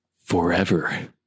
forever